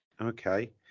Okay